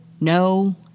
no